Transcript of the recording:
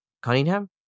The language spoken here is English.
Cunningham